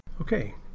Okay